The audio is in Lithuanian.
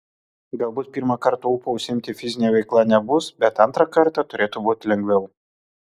galbūt pirmą kartą ūpo užsiimti fizine veikla nebus bet antrą kartą turėtų būti lengviau